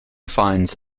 finds